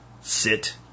Sit